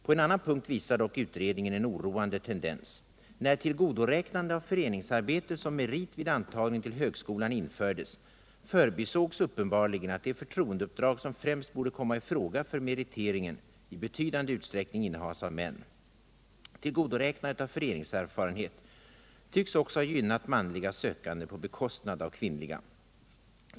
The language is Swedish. På en annan punkt visar dock utredningen en oroande tendens. När tillgodoräknande av föreningsarbete som merit vid antagning till högskolan . infördes förbisågs uppenbarligen att de förtroendeuppdrag som främst borde komma i fråga för meriteringen i betydande utsträckning innehas av män. Tillgodoräknandet av föreningserfarenhet tycks också ha gynnat manliga sökande på bekostnad av kvinnliga.